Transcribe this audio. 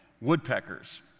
Woodpeckers